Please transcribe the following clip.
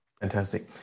Fantastic